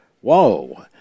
Whoa